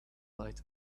light